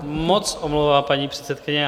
Já se moc omlouvám, paní předsedkyně.